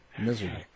miserable